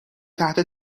تحت